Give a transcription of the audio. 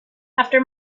after